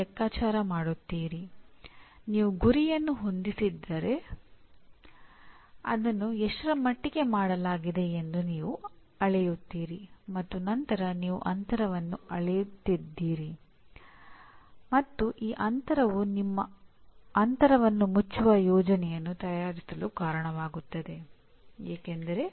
ಪಚಾರಿಕ ಶಿಕ್ಷಣದ ಸನ್ನಿವೇಶದಲ್ಲಿ ಶಿಕ್ಷಣದ ಪರಿಣಾಮ ಎಂದರೆ ವಿದ್ಯಾರ್ಥಿಯು 2 ವರ್ಷ 3 ವರ್ಷ 4 ವರ್ಷದ ಕಾರ್ಯಕ್ರಮದ ಕೊನೆಯಲ್ಲಿ ಏನು ಮಾಡಲು ಸಾಧ್ಯವಾಗುತ್ತದೆ ಎಂಬುದು